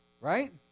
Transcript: Right